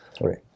right